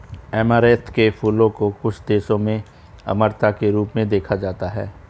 amaranth के फूलों को कुछ देशों में अमरता के रूप में देखा जाता है